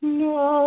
no